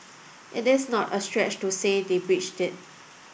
it is not a stretch to say they've breached it